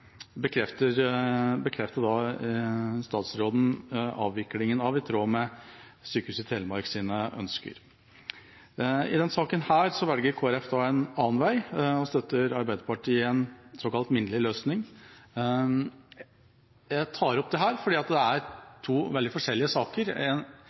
i tråd med Sykehuset Telemarks ønsker. I denne saken velger Kristelig Folkeparti en annen vei og støtter Arbeiderpartiet i en såkalt minnelig løsning. Jeg tar opp dette fordi det er to veldig forskjellige saker. En